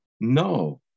no